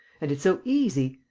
and it's so easy!